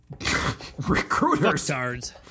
recruiters